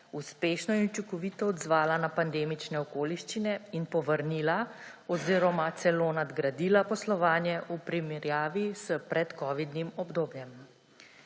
uspešno in učinkovito odzvala na pandemične okoliščine in povrnila oziroma celo nadgradila poslovanje v primerjavi s predkovidnim obdobjem.